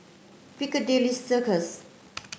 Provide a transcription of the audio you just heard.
Piccadilly Circus